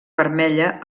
vermella